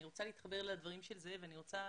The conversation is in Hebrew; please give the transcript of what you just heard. אני רוצה להתחבר לדברים של זאב ואני רוצה